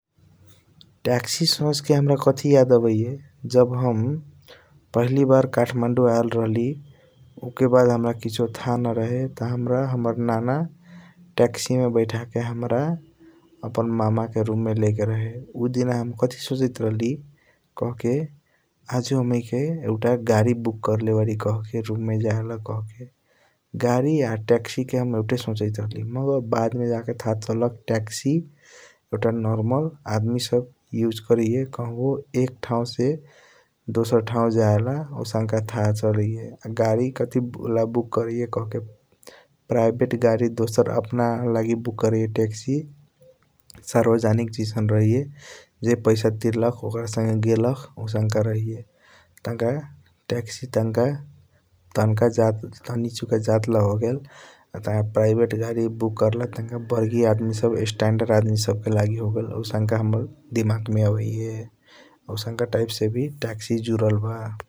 टैक्सी सोच के हाम्रा कथी याद आबाइया जब हम पहिला बार काठमाडौं आयल रहली उके बाद हाम्रा किसियों थाह न रहे त हाम्रा नाना हाम्रा टैक्सी मे बैठके । हाम्रा अपना मामा के रूम मे लेगएल रहे उ दिन हम कथी सोचैत रहली कहके आजू हमैके एउटा गाड़ी बुक करले बारी कहके रूम मे जायला कहके । गाड़ी आ टैक्सी हम एउटा सिचाइट राहली मगर बदमे जाके थाह चलख टैक्सी एउटा निर्मल आदमी सब सू करैया कहबों एक ठाऊ से दोसार ठाऊ जेला। आउसनक तह चलाइया गाड़ी कथी ला बुक करैया कहके प्राइवेट गाड़ी दोसार आपण लागि बुक करैया टॅक्सी सर्वोजनिक जैसन रहैया ज पैसा टियारलख ओकर संगे गेलख । आउसनका रहैया टंक टैक्सी टंक तनिचुक जात ला होगेल तनका प्राइवेट गाड़ी बुक कार्ल तनक बारी आदमी टंक स्टंडर आदमी सब के लागि होगेल आउससंका हाम्रा दिमाग मे आबाइया । आउसाँक टाइप से वी टैक्सी जूदल बा ।